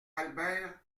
albert